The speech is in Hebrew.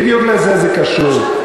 בדיוק לזה זה קשור.